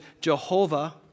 Jehovah